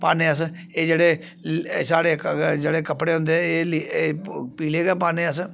पान्ने अस एह् जेह्ड़े साढ़े जेह्ड़े कपड़े होंदे एह् पीले गै पान्ने अस